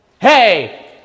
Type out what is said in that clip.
Hey